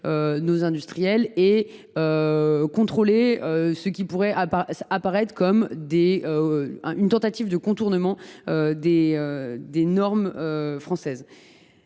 nos industriels et à contrôler ce qui pourrait apparaître comme une tentative de contournement des normes françaises.